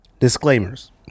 Disclaimers